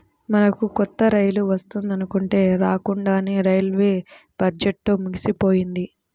మనకు కొత్త రైలు వస్తుందనుకుంటే రాకండానే రైల్వే బడ్జెట్టు ముగిసిపోయింది